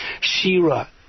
Shira